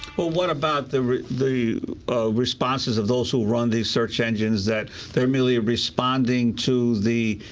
well what about the the responses of those who run these search engines, that they're merely responding to the